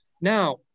Now